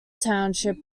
township